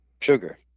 sugar